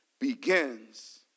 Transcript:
begins